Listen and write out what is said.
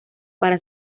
para